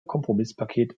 kompromisspaket